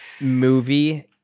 movie